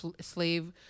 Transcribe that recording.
slave